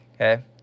Okay